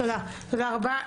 תודה רבה.